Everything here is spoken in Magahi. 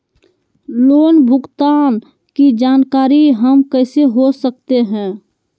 लोन भुगतान की जानकारी हम कैसे हो सकते हैं?